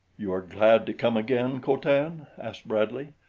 you are glad to come again, co-tan? asked bradley.